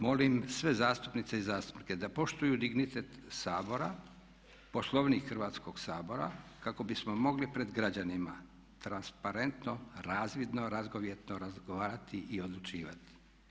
Molim sve zastupnice i zastupnike da poštuju dignitet Sabora, Poslovnik Hrvatskog sabora kako bismo mogli pred građanima transparentno, razvidno, razgovijetno razgovarati i odlučivati.